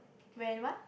when what